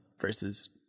versus